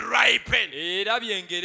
ripen